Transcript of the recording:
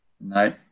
No